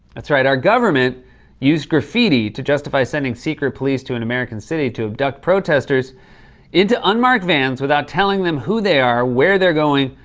that's right, our government used graffiti to justify sending secret police to an american city to abduct protesters into unmarked vans without telling them who they are, where they're going,